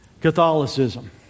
Catholicism